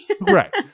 Right